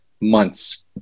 months